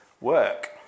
work